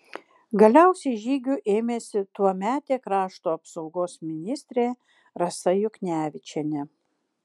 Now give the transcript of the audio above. galiausiai žygių ėmėsi tuometė krašto apsaugos ministrė rasa juknevičienė